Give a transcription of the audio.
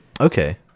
okay